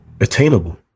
attainable